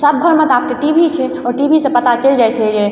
सब घरमे आब तऽ टी वी छै टी वी सँ पता चलि जाइ छै जे